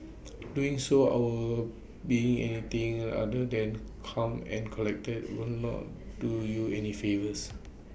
doing so our being anything other than calm and collected will not do you any favours